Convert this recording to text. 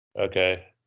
okay